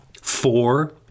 Four